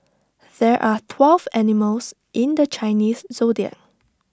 there are twelve animals in the Chinese Zodiac